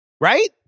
right